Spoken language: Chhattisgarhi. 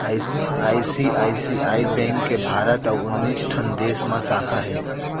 आई.सी.आई.सी.आई बेंक के भारत अउ उन्नीस ठन देस म साखा हे